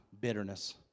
Bitterness